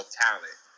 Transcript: talent